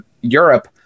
europe